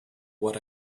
what